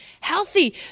Healthy